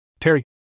Terry